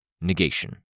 Negation